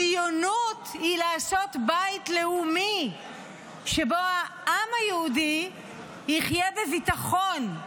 ציונות היא לעשות בית לאומי שבו העם היהודי יחיה בביטחון.